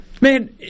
Man